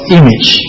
image